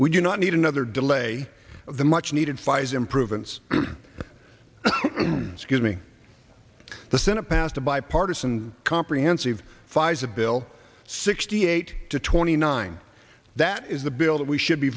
we do not need another delay of the much needed files improvements scuse me the senate passed a bipartisan comprehensive files a bill sixty eight to twenty nine that is the bill that we should be